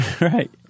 Right